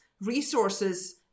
resources